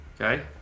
okay